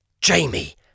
Jamie